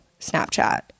Snapchat